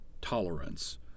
tolerance